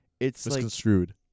Misconstrued